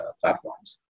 platforms